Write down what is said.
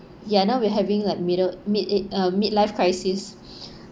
ya now we're having like middle mid a~ uh mid life crisis